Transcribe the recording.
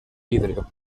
vidrio